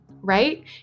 right